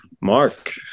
Mark